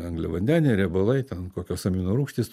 angliavandeniai riebalai ten kokios aminorūgštys